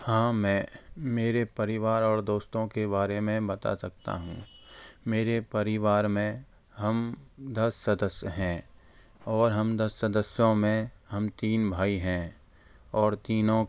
हाँ मैं मेरे परिवार और दोस्तों के बारे में बता सकता हूँ मेरे परिवार में हम दस सदस्य हैं और हम दस सदस्यों में हम तीन भाई हैं और तीनों